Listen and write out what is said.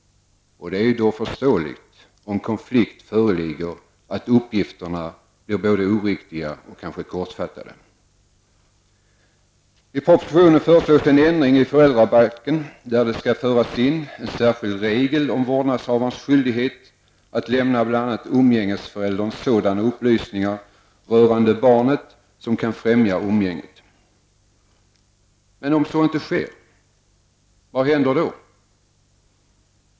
Det är förståeligt om konflikt föreligger att uppgifterna blir både oriktiga och kanske kortfattade. I propositionen föreslås en ändring i föräldrabalken där det skall föras in en särskild regel om vårdnadshavarens skyldighet att lämna bl.a. umgängesföräldern sådana upplysningar rörande barnet som kan främja umgänget. Om så inte sker -- vad händer då?